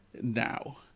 now